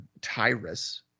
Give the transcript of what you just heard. Tyrus